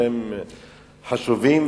שהם חשובים,